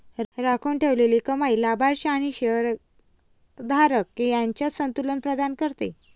राखून ठेवलेली कमाई लाभांश आणि शेअर धारक यांच्यात संतुलन प्रदान करते